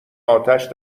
اتش